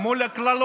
יש לי חדשות